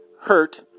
hurt